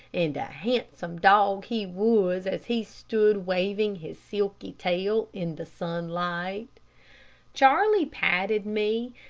and a handsome dog he was, as he stood waving his silky tail in the sunlight. charlie patted me,